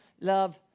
love